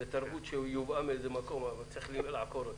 זו תרבות שיובאה מאיזשהו מקום אבל צריך לעקור אותה.